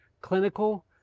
clinical